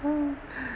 oh